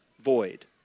void